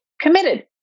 committed